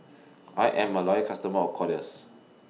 I Am A Loyal customer of Kordel's